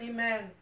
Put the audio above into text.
Amen